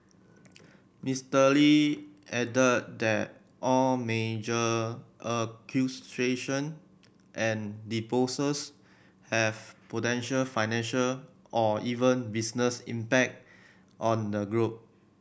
Mister Lee added that all major acquisition and disposals have potential financial or even business impact on the group